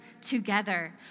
together